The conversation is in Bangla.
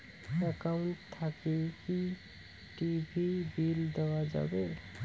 একাউন্ট থাকি কি টি.ভি বিল দেওয়া যাবে?